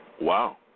Wow